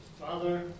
Father